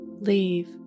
Leave